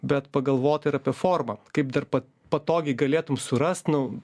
bet pagalvota ir apie formą kaip dar pa patogiai galėtum surast nu